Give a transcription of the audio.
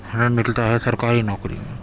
ہمیں ملتا ہے سرکاری نوکری میں